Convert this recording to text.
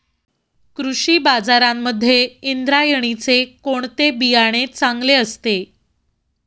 कृषी बाजारांमध्ये इंद्रायणीचे कोणते बियाणे चांगले असते?